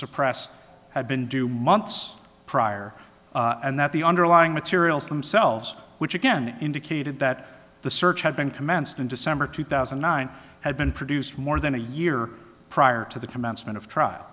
suppress had been due months prior and that the underlying materials themselves which again indicated that the search had been commenced in december two thousand and nine had been produced more than a year prior to the commencement of trial